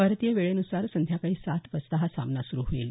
भारतीय वेळेन्सार संध्याकाळी सात वाजता सामना सुरू होईल